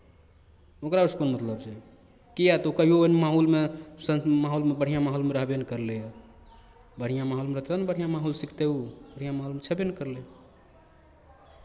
ओकरा ओहिसँ कोन मतलब छै किएक तऽ ओ कहियो ओहन माहौलमे संस् माहौलमे बढ़िआँ माहौलमे रहबे नहि करलैए बढ़िआँ माहौलमे रहतै तब ने बढ़िआँ माहौल सिखतै ओ बढ़िआँ माहौलमे छेबे नहि करलै ओ